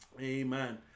amen